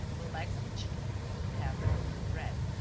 the legs of a chicken and half a loaf of bread.